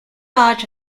barge